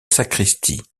sacristie